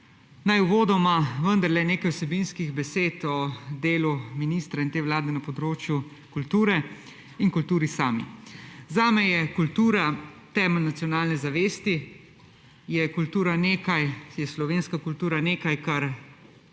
Uvodoma vendarle nekaj vsebinskih besed o delu ministra in te vlade na področju kulture in kulturi sami. Zame je kultura temelj nacionalne zavesti, je slovenska kultura nekaj, kar